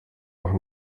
doch